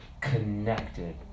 connected